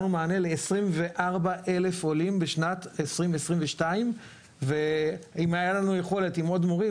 זה כאשר 24,000 עולים הגיעו בשנת 2022. אם הייתה לנו יכולת עם עוד מורים,